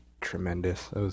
tremendous